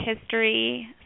history